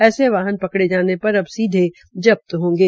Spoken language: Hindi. ऐसे वाहन पकड़े जाने पर अब सीधे जब्त होंगे